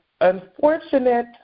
unfortunate